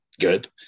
good